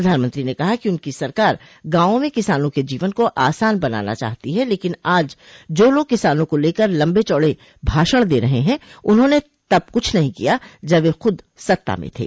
प्रधानमंत्री ने कहा कि उनकी सरकार गांवों में किसानों के जीवन को आसान बनाना चाहती है लेकिन आज जो लोग किसानों को लेकर लंबे चौडे भाषण दे रहे हैं उन्होंने तब कुछ नहीं किया जब वे खुद सत्ता में थे